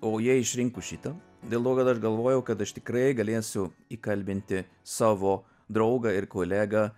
o jie išrinko šitą dėl to kad aš galvojau kad aš tikrai galėsiu įkalbinti savo draugą ir kolegą